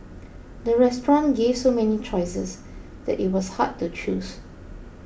the restaurant gave so many choices that it was hard to choose